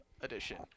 edition